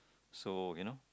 so you know